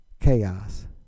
chaos